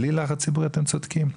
בלי לחץ ציבורי, אתם צודקים.